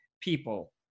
people